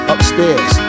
Upstairs